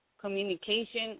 Communication